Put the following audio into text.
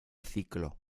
ciclo